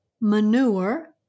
manure